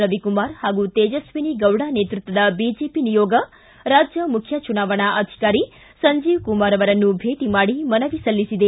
ರವಿಕುಮಾರ್ ಹಾಗೂ ತೇಜಸ್ವಿನಿ ಗೌಡ ನೇತೃತ್ವದ ಬಿಜೆಪಿ ನಿಯೋಗ ರಾಜ್ಯ ಮುಖ್ಯ ಚುನಾವಣಾ ಅಧಿಕಾರಿ ಸಂಜೀವ ಕುಮಾರ್ ಅವರನ್ನು ಭೇಟಿ ಮಾಡಿ ಮನವಿ ಸಲ್ಲಿಸಿದೆ